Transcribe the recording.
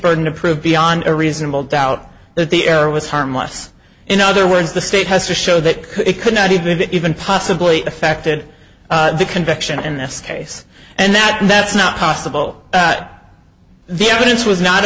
burden to prove beyond a reasonable doubt that the error was harmless in other words the state has to show that it could not even even possibly affected the conviction in this case and that that's not possible that the evidence was not